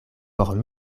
por